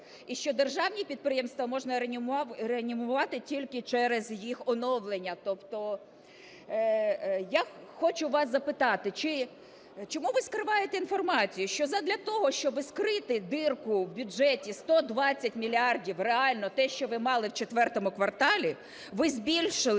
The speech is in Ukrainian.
і що державні підприємства можна реанімувати тільки через їх оновлення, тобто… Я хочу вас запитати: чому ви скриваєте інформацію, що задля того, щоби скрити дірку в бюджеті – 120 мільярдів реально, те, що ви мали в четвертому кварталі, ви збільшили,